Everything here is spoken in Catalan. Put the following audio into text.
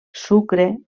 sucre